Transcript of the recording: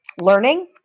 learning